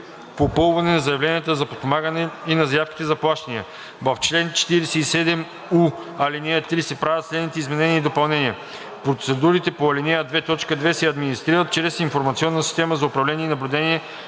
попълване на заявленията за подпомагане и на заявките за плащанията.“ В чл. 47у, ал. 3 се правят следните изменения и допълнения: „Процедурите по ал. 2, т. 2 се администрират чрез информационна система за управление и наблюдение